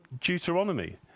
Deuteronomy